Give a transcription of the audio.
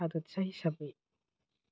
हादोरसा हिसाबै